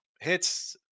hits